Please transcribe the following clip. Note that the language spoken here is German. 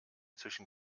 zwischen